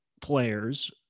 players